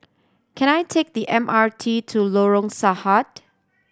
can I take the M R T to Lorong Sarhad